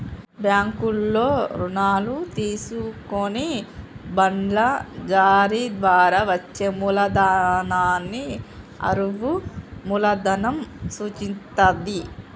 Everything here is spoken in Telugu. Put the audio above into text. బ్యాంకుల్లో రుణాలు తీసుకొని బాండ్ల జారీ ద్వారా వచ్చే మూలధనాన్ని అరువు మూలధనం సూచిత్తది